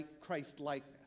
Christ-likeness